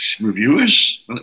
reviewers